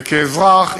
וכאזרח,